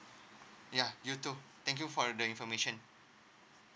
ya you too thank you for the information